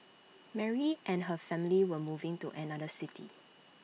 Mary and her family were moving to another city